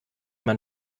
man